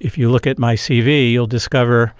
if you look at my cv you'll discover